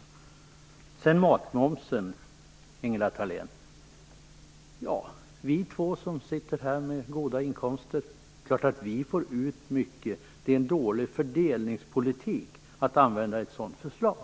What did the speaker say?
När det gäller matmomsen, Ingela Thalén, är det klart att vi två som sitter här med goda inkomster får ut mycket. Det är en dålig fördelningspolitik att använda ett sådant förslag